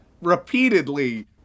repeatedly